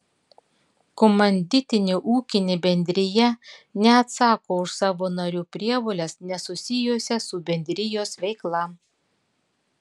komanditinė ūkinė bendrija neatsako už savo narių prievoles nesusijusias su bendrijos veikla